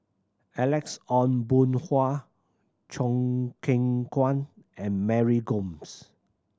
Alex Ong Boon Hau Choo Keng Kwang and Mary Gomes